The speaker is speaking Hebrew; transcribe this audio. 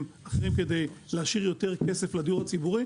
אחרים כדי להשאיר יותר כסף לדיור הציבורי.